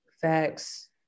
Facts